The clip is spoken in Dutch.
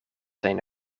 zijn